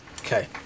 Okay